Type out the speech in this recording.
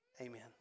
Amen